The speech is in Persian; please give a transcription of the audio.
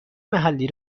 محلی